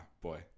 boy